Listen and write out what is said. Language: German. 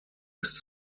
ist